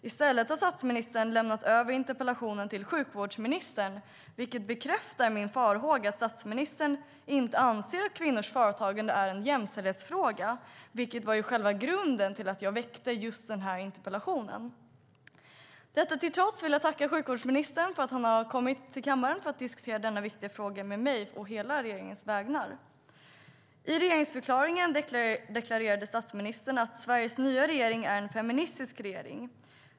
I stället har statsministern lämnat över interpellationen till sjukvårdsministern, vilket bekräftar min farhåga att statsministern inte anser att kvinnors företagande är en jämställdhetsfråga, vilket var själva grunden till att jag väckte interpellationen. Detta till trots vill jag tacka sjukvårdsministern för att han har kommit till kammaren för att diskutera denna viktiga fråga med mig å hela regeringens vägnar. I regeringsförklaringen deklarerade statsministern att Sveriges nya regering är en feministisk regering.